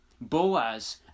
Boaz